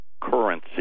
currency